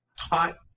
taught